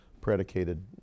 predicated